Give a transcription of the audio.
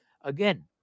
Again